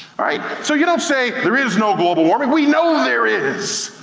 so you don't say, there is no global warming. we know there is.